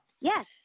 Yes